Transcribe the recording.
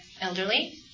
elderly